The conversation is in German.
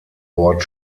bord